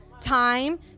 time